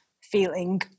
feeling